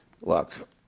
Look